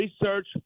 research